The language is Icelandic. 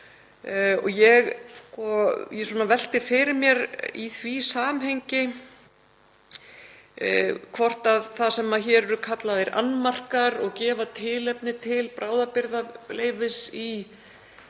er. Ég velti fyrir mér í því samhengi hvort það sem hér eru kallaðir annmarkar og gefa tilefni til bráðabirgðaleyfis, í